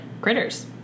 critters